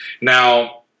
Now